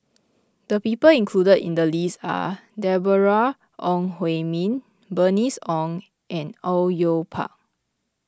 the people included in the list are Deborah Ong Hui Min Bernice Ong and Au Yue Pak